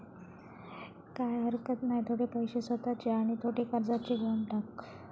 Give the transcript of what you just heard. काय हरकत नाय, थोडे पैशे स्वतःचे आणि थोडे कर्जाचे घेवन टाक